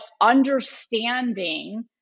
understanding